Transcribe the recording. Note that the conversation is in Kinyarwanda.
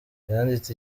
yanditse